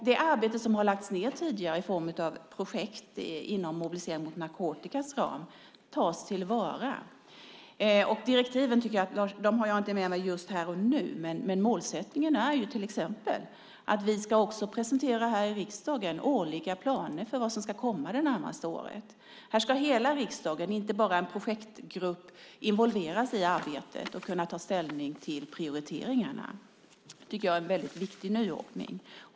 Det arbete som har lagts ned tidigare i form av projekt inom Mobilisering mot narkotikas ram tas till vara. Jag har inte med mig direktiven här och nu, men målsättningen är till exempel att vi här i riksdagen ska presentera årliga planer för vad som ska komma det närmaste året. Här ska hela riksdagen, inte bara en projektgrupp, involveras i arbetet och kunna ta ställning till prioriteringarna. Det tycker jag är en väldigt viktig nyordning.